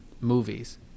movies